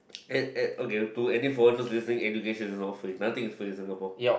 at at okay to any foreigner seriously education is all free nothing is free in Singapore